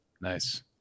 Nice